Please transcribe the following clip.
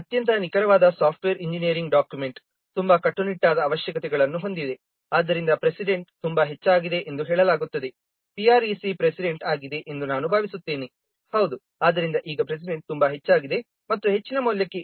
ಇದು ಅತ್ಯಂತ ನಿಖರವಾದ ಸಾಫ್ಟ್ವೇರ್ ಇಂಜಿನಿಯರಿಂಗ್ ಡಾಕ್ಯುಮೆಂಟ್ ತುಂಬಾ ಕಟ್ಟುನಿಟ್ಟಾದ ಅವಶ್ಯಕತೆಗಳನ್ನು ಹೊಂದಿದೆ ಆದ್ದರಿಂದ ಪ್ರೆಸಿಡೆಂಟ್ ತುಂಬಾ ಹೆಚ್ಚಾಗಿದೆ ಎಂದು ಹೇಳಲಾಗುತ್ತದೆ PREC ಪ್ರೆಸಿಡೆಂಟ್ ಆಗಿದೆ ಎಂದು ನಾನು ಭಾವಿಸುತ್ತೇನೆ ಹೌದು ಆದ್ದರಿಂದ ಈಗ ಪ್ರೆಸಿಡೆಂಟ್ ತುಂಬಾ ಹೆಚ್ಚಾಗಿದೆ ಮತ್ತು ಹೆಚ್ಚಿನ ಮೌಲ್ಯಕ್ಕೆ ಇದು 1